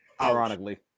ironically